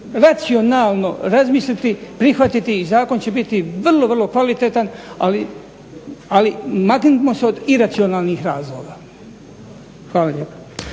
racionalno razmisliti, prihvatiti i zakon će biti vrlo, vrlo kvalitetan ali maknimo se od iracionalnih razloga. Hvala lijepa.